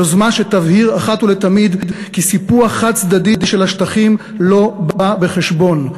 יוזמה שתבהיר אחת ולתמיד כי סיפוח חד-צדדי של השטחים לא בא בחשבון,